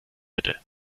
hätte